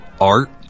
art